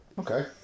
Okay